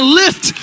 lift